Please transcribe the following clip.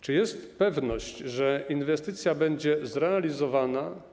Czy jest pewność, że inwestycja będzie zrealizowana?